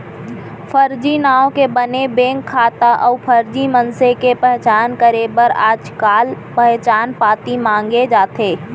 फरजी नांव के बने बेंक खाता अउ फरजी मनसे के पहचान करे बर आजकाल पहचान पाती मांगे जाथे